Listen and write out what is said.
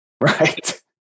Right